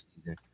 season